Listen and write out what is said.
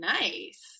nice